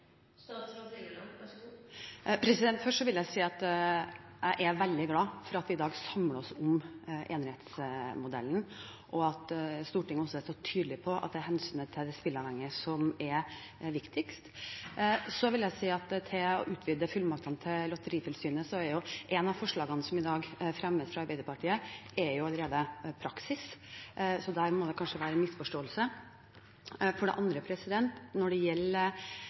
Først vil jeg si at jeg er veldig glad for at vi i dag samler oss om enerettsmodellen, og at Stortinget også er så tydelig på at det er hensynet til de spilleavhengige som er viktigst. Så vil jeg si – til det å utvide fullmaktene til Lotteritilsynet – at et av forslagene som i dag fremmes fra Arbeiderpartiet, er jo allerede praksis, så der må det kanskje være en misforståelse. For det andre: Når det gjelder